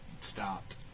stopped